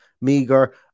Meager